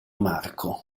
marco